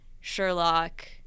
Sherlock